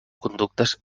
conductes